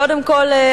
קודם כול,